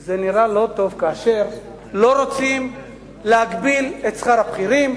זה נראה לא טוב כאשר לא רוצים להגביל את שכר הבכירים,